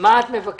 מה את מבקשת?